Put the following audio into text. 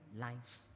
lives